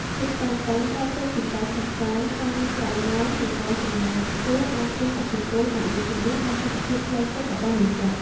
ភាពតានតឹងកើតចេញពីការសិក្សា ការងារក្រៅម៉ោង និងការចំណាយខ្ពស់ អាចជះឥទ្ធិពលអវិជ្ជមានដល់សុខភាពផ្លូវចិត្តរបស់និស្សិត។